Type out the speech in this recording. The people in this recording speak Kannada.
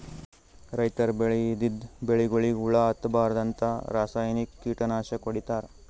ರೈತರ್ ಬೆಳದಿದ್ದ್ ಬೆಳಿಗೊಳಿಗ್ ಹುಳಾ ಹತ್ತಬಾರ್ದ್ಂತ ರಾಸಾಯನಿಕ್ ಕೀಟನಾಶಕ್ ಹೊಡಿತಾರ್